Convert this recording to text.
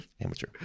Amateur